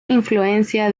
influencia